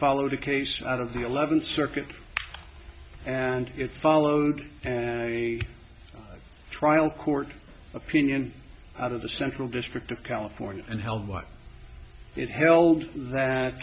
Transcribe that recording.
followed a case out of the eleventh circuit and it followed and a trial court opinion out of the central district of california and held what it held that